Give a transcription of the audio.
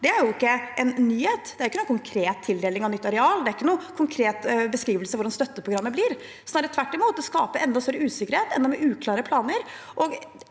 nå, er ikke en nyhet – det er ikke noen konkret tildeling av nytt areal, det er ikke noen konkret beskrivelse av hvordan støtteprogrammet blir. Snarere tvert imot: Det skaper enda større usikkerhet og enda mer uklare planer.